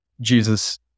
Jesus